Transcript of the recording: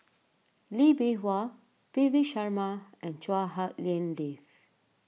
Lee Bee Wah Davi Sharma and Chua Hak Lien Dave